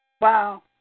Wow